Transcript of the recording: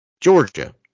Georgia